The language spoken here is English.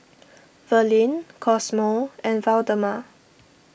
Verlyn Cosmo and Waldemar